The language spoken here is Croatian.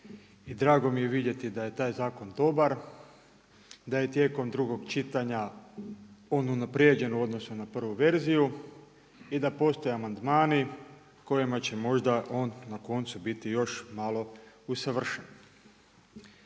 drago mi je vidjeti da je taj zakon dobar, da je tijekom drugog čitanja on unaprijeđen u odnosu na prvu verziju i da postoje amandmani kojima će možda on na koncu biti još malo usavršen.